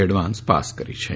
advanced pass કરી છે